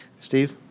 Steve